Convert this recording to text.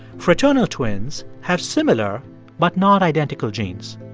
fraternal twins have similar but not identical genes.